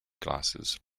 glasses